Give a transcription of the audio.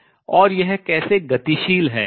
और यह कैसे गतिशील है